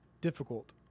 difficult